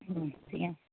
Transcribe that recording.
ꯎꯝ ꯁꯦꯀꯦꯟ